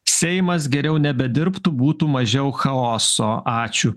seimas geriau nebedirbtų būtų mažiau chaoso ačiū